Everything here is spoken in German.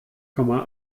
komma